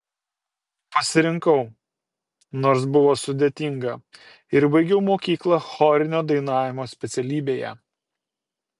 pasirinkau nors buvo sudėtinga ir baigiau mokyklą chorinio dainavimo specialybėje